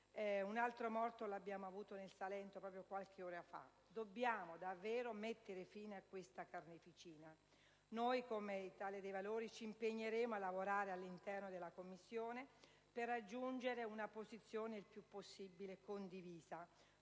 un altro morto nel Salento, qualche ora fa. Dobbiamo davvero mettere fine a questa carneficina. Come Italia dei Valori, ci impegneremo a lavorare all'interno della Commissione per raggiungere una posizione il più possibile condivisa